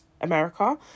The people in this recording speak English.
america